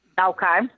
Okay